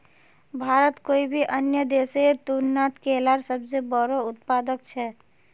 भारत कोई भी अन्य देशेर तुलनात केलार सबसे बोड़ो उत्पादक छे